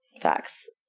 Facts